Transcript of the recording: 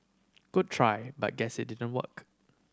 good try but guess it didn't work